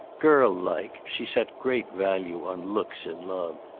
girl-like, she set great value on looks in love.